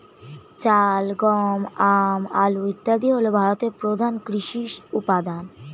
চাল, গম, আম, আলু ইত্যাদি হল ভারতের প্রধান কৃষিজ উপাদান